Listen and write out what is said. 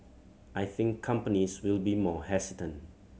I think companies will be more hesitant